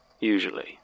Usually